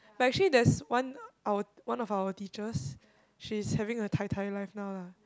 but actually there's one our one of our teachers she's having a Tai-Tai life now lah